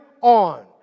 on